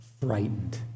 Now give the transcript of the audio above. frightened